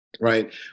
right